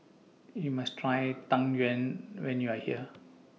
YOU must Try Tang Yuen when YOU Are here